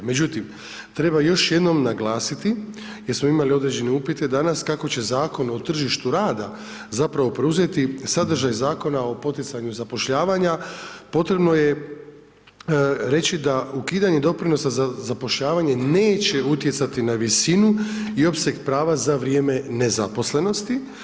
Međutim, treba još jednom naglasiti jer smo imali određene upite danas kako će Zakon o tržištu rada zapravo preuzeti sadržaj Zakona o poticanju zapošljavanja, potrebno je reći da ukidanje doprinosa za zapošljavanje neće utjecati na visinu i opseg prava za vrijeme nezaposlenosti.